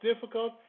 difficult